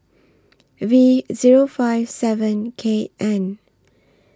V Zero five seven K N